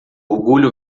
orgulho